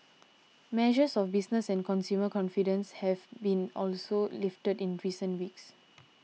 measures of business and consumer confidence have been also lifted in recent weeks